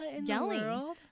yelling